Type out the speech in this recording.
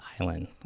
island